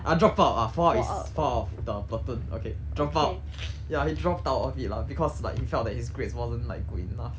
ah drop out ah fall out is fall out of the platoon okay drop out ya he dropped out of it lah because like he felt that his grades wasn't like good enough